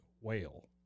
Whale